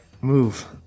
move